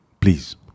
please